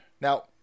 Now